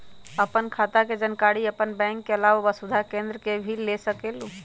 आपन खाता के जानकारी आपन बैंक के आलावा वसुधा केन्द्र से भी ले सकेलु?